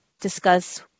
discuss